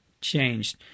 changed